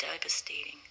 devastating